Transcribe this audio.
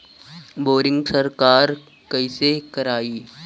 Boring सरकार कईसे करायी?